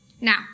Now